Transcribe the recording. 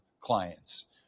clients